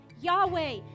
Yahweh